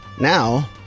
Now